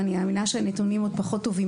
ואני מאמינה שהנתונים עוד פחות טובים